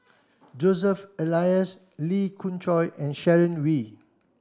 Joseph Elias Lee Khoon Choy and Sharon Wee